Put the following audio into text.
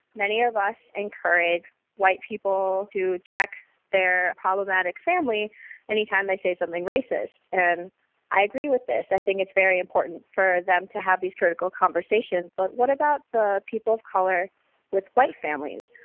many of us encourage white people to check their problematic family any time they say something racist. and i agree with this. i think it's very important for them to have these critical conversations. but what about the people of color with white families?